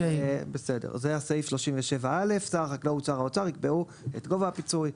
זה סעיף 37א. שר החקלאות ושר האוצר יקבעו את גובה הפיצוי,